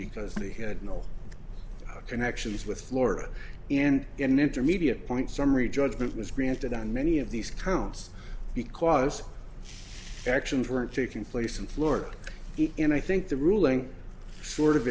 because they had no connections with florida and get an intermediate point summary judgment was granted on many of these counts because actions weren't taking place in florida and i think the ruling sort of